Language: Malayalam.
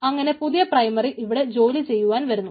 അങ്ങനെ പുതിയ പ്രൈമറി ഇവിടെ ജോലി ചെയ്യുവാൻ വരുന്നു